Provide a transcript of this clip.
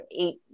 eight